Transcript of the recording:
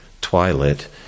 Twilight